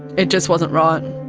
it just wasn't right.